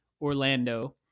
Orlando